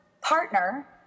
partner